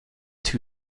two